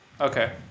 Okay